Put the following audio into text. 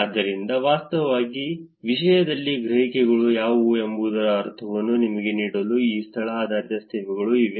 ಆದ್ದರಿಂದ ವಾಸ್ತವವಾಗಿ ವಿಷಯದಲ್ಲಿ ಗ್ರಹಿಕೆಗಳು ಯಾವುವು ಎಂಬುದರ ಅರ್ಥವನ್ನು ನಿಮಗೆ ನೀಡಲು ಈ ಸ್ಥಳ ಆಧಾರಿತ ಸೇವೆಗಳ ಇವೆ